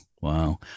wow